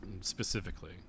specifically